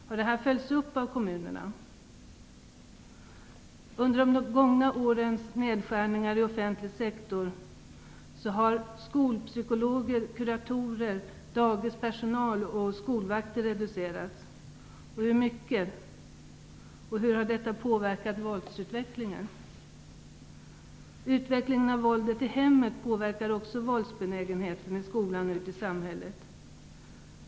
Har detta beslut följts upp av kommunerna? Under de gångna årens nedskärningar i offentlig sektor har antalet skolpsykologer, kuratorer, dagispersonal och skolvakter reducerats. Hur mycket? Och hur har detta påverkat våldsutvecklingen? Utvecklingen av våldet i hemmet påverkar också våldsbenägenheten i skolan och ute i samhället.